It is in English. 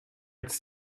its